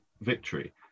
victory